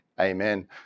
Amen